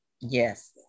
yes